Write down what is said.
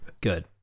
good